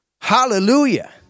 Hallelujah